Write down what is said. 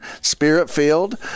spirit-filled